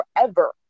forever